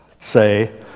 say